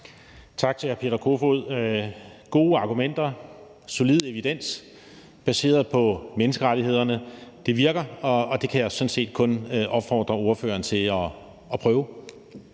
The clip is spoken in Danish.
Tak til hr. Peter Kofod. Gode argumenter og solid evidens baseret på menneskerettighederne virker, og det kan jeg sådan set kun opfordre ordføreren til at prøve.